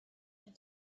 and